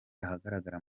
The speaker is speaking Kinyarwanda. ahagaragara